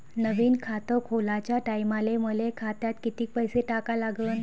नवीन खात खोलाच्या टायमाले मले खात्यात कितीक पैसे टाका लागन?